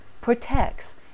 protects